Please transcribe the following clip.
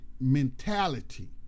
mentality